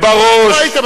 אתם לא הייתם פה.